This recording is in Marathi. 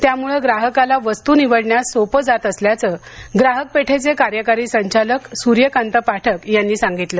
त्यामुळं ग्राहकाला वस्तू निवडण्यास सोपे जात असल्याचं ग्राहक पेठेचे कार्यकारी संचालक सूर्यकांत पाठक यांनी सांगितलं